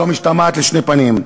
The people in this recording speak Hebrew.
לא משתמעת לשתי פנים: